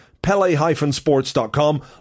Pele-Sports.com